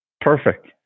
Perfect